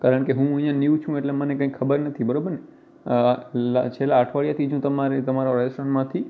કારણ કે હું અહિયાં ન્યૂ છું એટલે મને કંઈ ખબર નથી બરાબરને અ લ છેલ્લાં અઠવાડિયાથી જ હું તમારી તમારા રૅસ્ટોરન્ટમાંથી